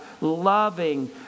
loving